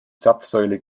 zapfsäule